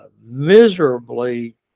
miserably